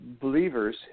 believers